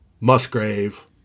Musgrave